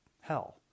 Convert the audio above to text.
hell